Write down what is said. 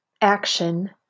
Action